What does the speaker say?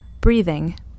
breathing